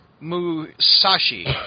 Musashi